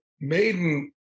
Maiden